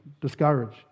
discouraged